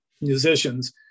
musicians